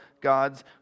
God's